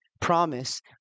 promise